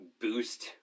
boost